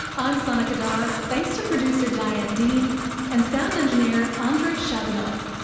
i'm sana qadar. thanks to producer diane dean and sound engineer andrei shabunov.